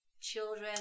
children